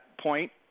point